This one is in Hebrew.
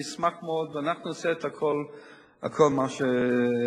אני אשמח מאוד, ואנחנו נעשה כל מה שצריך.